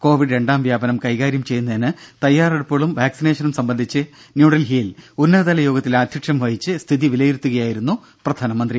Covid രണ്ടാം വ്യാപനം കൈകാര്യം ചെയ്യുന്നതിന് തയ്യാറെടുപ്പുകളും വാക്സിനേഷനും സംബന്ധിച്ച് ന്യൂഡൽഹിയിൽ ഉന്നതതല യോഗത്തിൽ അധ്യക്ഷ്യം വഹിച്ച് സ്ഥിതി വിലയിരുത്തുകയായിരുന്നു പ്രധാനമന്ത്രി